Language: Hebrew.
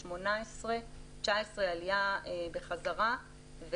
18'. 19' עלייה חזרה,